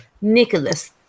nicholas